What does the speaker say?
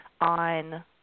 on